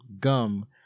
gum